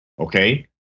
Okay